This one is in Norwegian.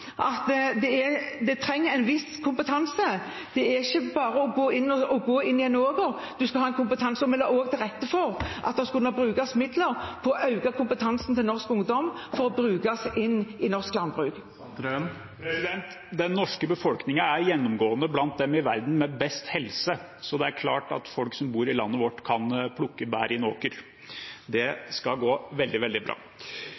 ikke bare å gå inn i en åker. En må ha kompetanse. Vi la også til rette for at det skulle brukes midler på å øke kompetansen hos norsk ungdom for å kunne bruke dem i norsk landbruk. Den norske befolkningen er gjennomgående blant dem i verden med best helse, så det er klart at folk som bor i landet vårt, kan plukke bær i en åker. Det skal gå veldig bra.